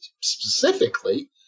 specifically